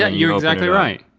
ah you're exactly right.